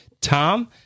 Tom